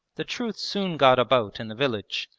the truth soon got about in the village,